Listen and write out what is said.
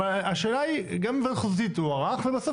אבל גם היוועדות חזותית הוארך ובסוף